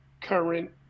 current